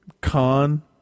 Khan